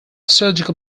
surgical